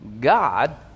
God